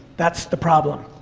that's the problem.